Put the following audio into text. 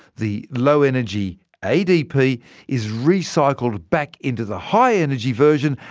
the low energy adp is recycled back into the high energy version,